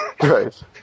Right